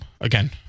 again